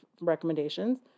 recommendations